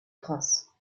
france